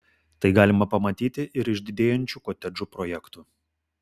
tai galima pamatyti ir iš didėjančių kotedžų projektų